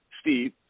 Steve